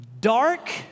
dark